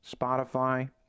Spotify